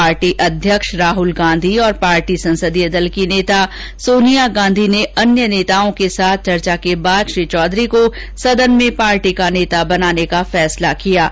party अध्यक्ष राहल गांधी और party संसदीय दल की नेता सोनिया गांधी ने अन्य नेताओं के साथ चर्चा के बाद श्री चौधरी को सदन में पार्टी का नेता बनाने का फैसला किया गया